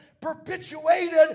perpetuated